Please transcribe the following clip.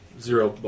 Zero